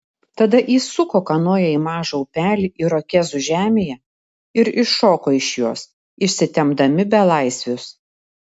tada įsuko kanoją į mažą upelį irokėzų žemėje ir iššoko iš jos išsitempdami belaisvius